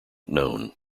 known